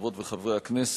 חברות וחברי הכנסת,